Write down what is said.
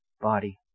body